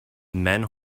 men